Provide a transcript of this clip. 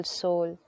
soul